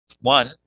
one